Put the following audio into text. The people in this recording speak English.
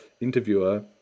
interviewer